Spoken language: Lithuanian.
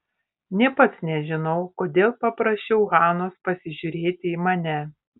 nė pats nežinau kodėl paprašiau hanos pasižiūrėti į mane